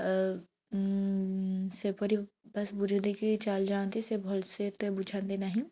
ଅ ଉଁ ସେପରି ବାସ୍ ବୁଝାଇ ଦେଇକି ଚାଲି ଯାଆନ୍ତି ସେ ଭଲ ସେ ଏତେ ବୁଝାନ୍ତି ନାହିଁ